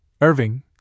Irving